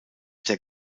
der